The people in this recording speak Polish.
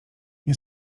nie